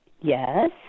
Yes